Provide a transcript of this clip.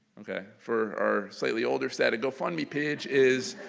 ok, for our slightly older set, a gofundme page is